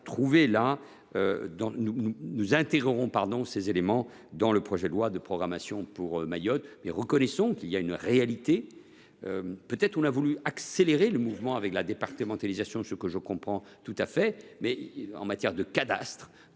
Nous intégrerons ces éléments dans le projet de loi de programmation pour Mayotte. Reconnaissons une réalité : peut être avons nous voulu accélérer le mouvement avec la départementalisation, ce que je comprends tout à fait, mais en matière de cadastre,